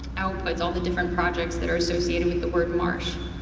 outputs, all the different projects that are associated with the word marsh.